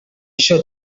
should